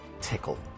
tickle